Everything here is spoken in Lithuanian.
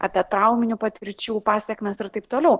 apie trauminių patirčių pasekmes ir taip toliau